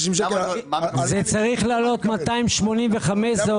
זה צריך לעלות 285 שקלים.